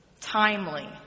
timely